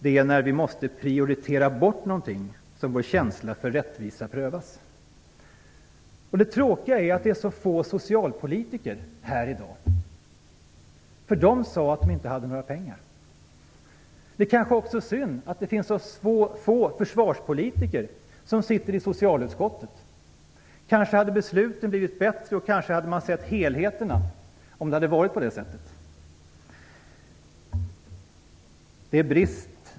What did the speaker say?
Det är när vi måste prioritera bort någonting som vår känsla för rättvisa prövas. Det tråkiga är att det är så få socialpolitiker här i dag - de sade ju att de inte hade några pengar. Det är kanske också synd att det är så få försvarspolitiker i socialutskottet. Kanske hade besluten blivit bättre och kanske hade man sett helheten om det inte hade varit på det sättet.